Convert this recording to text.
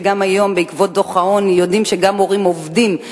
והיום בעקבות דוח העוני יודעים שגם הורים עובדים,